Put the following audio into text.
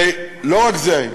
ולא רק זה,